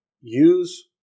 use